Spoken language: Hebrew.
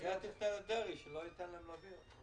תדבר עם אריה דרעי, שלא ייתן להם להעביר כתובת.